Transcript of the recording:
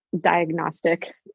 diagnostic